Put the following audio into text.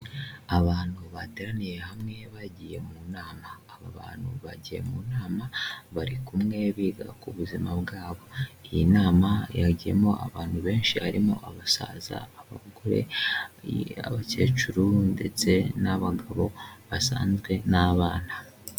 Abantu bateraniye hamwe bagiye mu nama, aba bantu bagiye mu nama bari kumwe biga ku buzima bwabo. Iyi nama yagiyemo abantu benshi harimo: abasaza, abagore, abakecuru ndetse n'abagabo basanzwe n'abana.